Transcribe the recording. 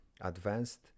advanced